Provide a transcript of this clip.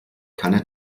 keine